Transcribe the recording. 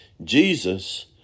Jesus